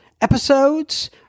episodes